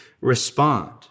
respond